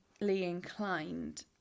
inclined